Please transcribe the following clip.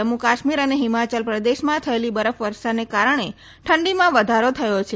જમ્મુ કાશ્મીર અને હિમાચલ પ્રદેશમાં થયેલી બરફવર્ષાને કારણે ઠંડીમાં વધારો થયો છે